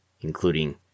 including